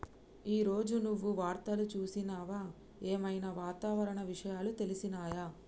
ఈ రోజు నువ్వు వార్తలు చూసినవా? ఏం ఐనా వాతావరణ విషయాలు తెలిసినయా?